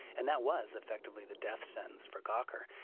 and that was effectively the death sentence for gawker.